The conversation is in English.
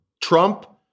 Trump